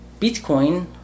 Bitcoin